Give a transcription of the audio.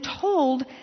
told